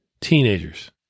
teenagers